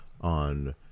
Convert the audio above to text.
on